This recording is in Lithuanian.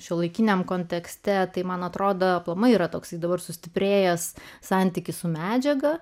šiuolaikiniam kontekste tai man atrodo aplamai yra toks dabar sustiprėjęs santykis su medžiaga